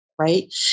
Right